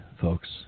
folks